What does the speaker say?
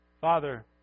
Father